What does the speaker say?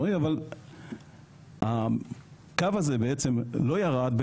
אבל הקו הזה בעצם לא ירד,